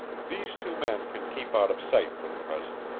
these two men can keep out of sight for the present.